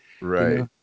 right